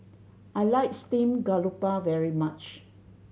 I like steamed garoupa very much